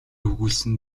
өгүүлсэн